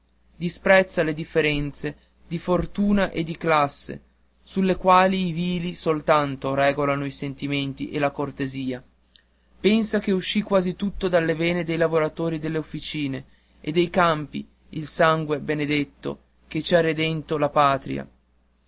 disprezza le differenze di fortuna e di classe sulle quali i vili soltanto regolano i sentimenti e la cortesia pensa che uscì quasi tutto dalle vene dei lavoratori delle officine e dei campi il sangue benedetto che ci ha redento la patria